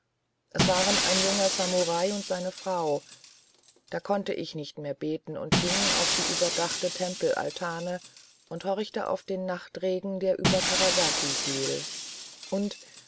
es waren ein junger samurai und seine frau da konnte ich nicht mehr beten und ging auf die überdachte tempelaltane und horchte auf den nachtregen der über karasaki fiel und